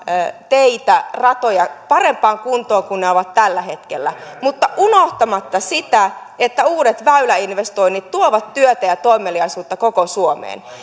teitä ratoja parempaan kuntoon kuin ne ovat tällä hetkellä mutta unohtamatta sitä että uudet väyläinvestoinnit tuovat työtä ja toimeliaisuutta koko suomeen